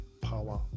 power